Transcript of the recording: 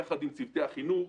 יחד עם צוותי החינוך,